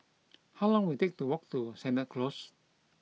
how long will take to walk to Sennett Close